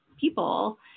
people